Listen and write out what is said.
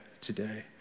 today